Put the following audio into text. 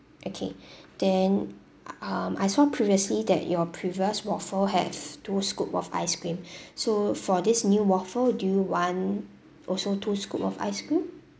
okay then um I saw previously that your previous waffle have two scoop of ice cream so for this new waffle do you want also two scoop of ice cream